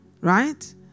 Right